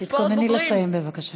תתכונני לסיים, בבקשה.